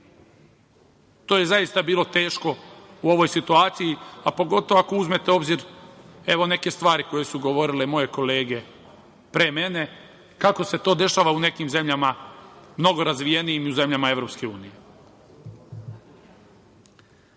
To je zaista bilo teško u ovoj situaciji, a pogotovo ako uzmete u obzir neke stvari koje su govorile moje kolege pre mene, kako se to dešava u nekim zemljama mnogo razvijenim i zemljama EU.Kada sve